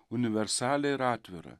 universalią ir atvirą